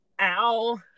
Ow